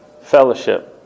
fellowship